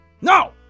No